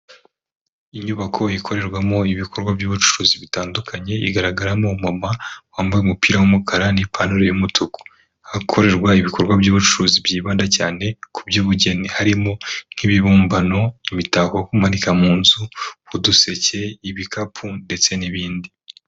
Inyubako ikorerwamo ibikorwa by'ubucuruzi bitandukanye igaragaramo umu mama wambaye umupira w'umukara n'ipantaro y'umutuku hakorerwa ibikorwa by'ubucuruzi byibanda cyane ku by'ubugeni harimo nk'ibibumbano, imitako yo kumanika mu nzu, uduseke, ibikapu ndetse n'ibindi.